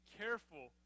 careful